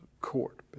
court